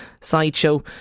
sideshow